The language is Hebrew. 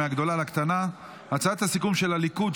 מהגדולה לקטנה: הצעת הסיכום של הליכוד,